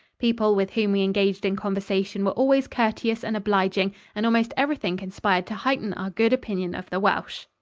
people with whom we engaged in conversation were always courteous and obliging and almost everything conspired to heighten our good opinion of the welsh.